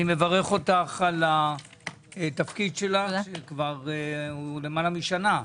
אני מברך אותך על תפקידך, כבר למעלה משנה.